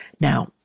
Now